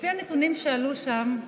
לפי הנתונים שעלו שם,